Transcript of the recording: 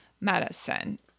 medicine